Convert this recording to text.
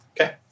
okay